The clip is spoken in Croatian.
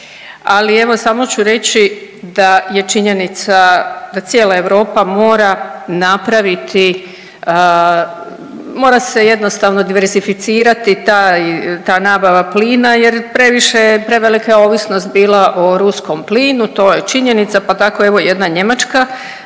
ali evo samo ću reći da je činjenica da cijela Europa mora napraviti, mora se jednostavno diversificirati taj, ta nabava plina jer previše je, prevelika je ovisnost bila o ruskom plinu, to je činjenica, pa tako evo jedna Njemačka